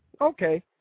Okay